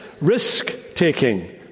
risk-taking